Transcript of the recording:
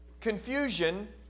confusion